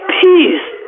peace